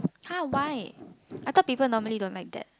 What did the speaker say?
!huh! why I thought people normally don't like that